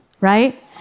right